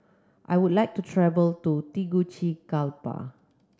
I would like to travel to Tegucigalpa